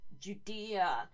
Judea